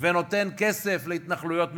ונותן כסף להתנחלויות מבודדות,